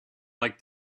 like